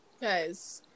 guys